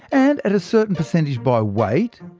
and at a certain percentage by weight,